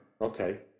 Okay